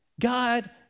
God